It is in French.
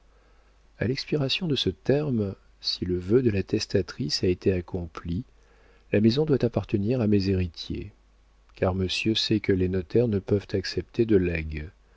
a l'expiration de ce terme si le vœu de la testatrice a été accompli la maison doit appartenir à mes héritiers car monsieur sait que les notaires ne peuvent accepter de legs